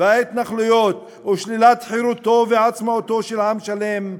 וההתנחלויות ושלילת חירותו ועצמאותו של עם שלם,